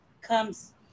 comes